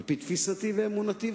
על-פי תפיסתי ואמונתי,